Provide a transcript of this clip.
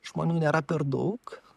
žmonių nėra per daug